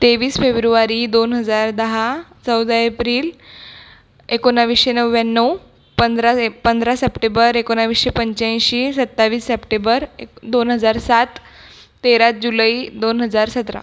तेवीस फेब्रुवारी दोन हजार दहा चौदा एप्रिल एकोणवीसशे नव्व्याण्णव पंधरा एप् पंधरा सप्टेबर एकोणवीसशे पंच्याऐंशी सत्तावीस सप्टेबर दोन हजार सात तेरा जुलै दोन हजार सतरा